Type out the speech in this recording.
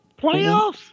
playoffs